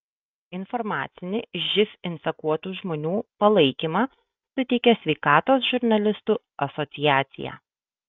informacinį živ infekuotų žmonių palaikymą suteikia sveikatos žurnalistų asociacija